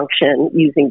using